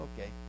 okay